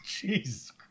Jesus